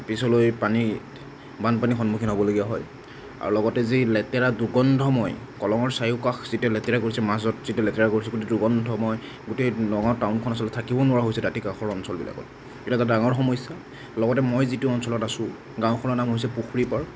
পিছলৈ পানী বানপানীৰ সন্মুখীন হ'বলগীয়া হয় আৰু লগতে যি লেতেৰা দুৰ্গন্ধময় কলঙৰ চাৰিওকাষ যেতিয়া লেতেৰা কৰিছে মাজত যিটো লেতেৰা কৰিছে গোটেই দুৰ্গন্ধময় গোটেই নগাঁও টাউনখন আচলতে থাকিব নোৱাৰা হৈছে দাঁতি কাষৰ অঞ্চলবিলাকত এইটো এটা ডাঙৰ সমস্যা লগতে মই যিটো অঞ্চলত আছোঁ গাঁওখনৰ নাম হৈছে পুখুৰীপাৰ